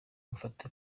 mfate